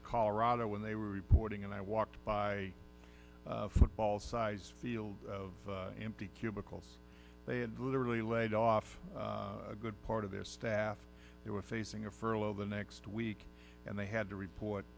to colorado when they were reporting and i walked by the football size field of empty cubicles they had literally laid off a good part of their staff they were facing a furlough the next week and they had to report